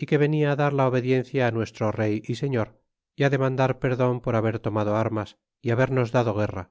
y que venia dar la obediencia nuestro rey y señor y demandar perdon par haber tomado armas y habernos dado guerra